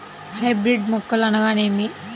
Hybrid మొక్కలు అనగానేమి?